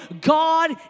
God